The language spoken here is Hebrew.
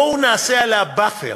בואו נעשה עליה buffer,